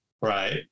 right